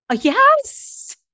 Yes